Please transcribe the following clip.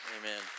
Amen